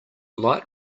light